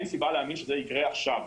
אין סיבה להאמין שזה יקרה עכשיו.